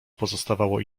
pozostawało